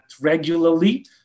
regularly